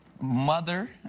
mother